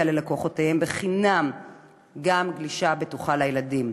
ללקוחותיהן בחינם גם גלישה בטוחה לילדים.